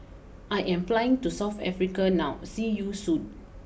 I am flying to South Africa now see you Soon